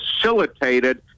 facilitated